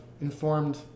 informed